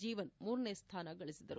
ಜೀವನ್ ಮೂರನೇ ಸ್ಡಾನಗಳಿಸಿದರು